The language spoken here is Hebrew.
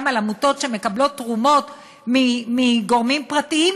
על עמותות שמקבלות תרומות מגורמים פרטיים,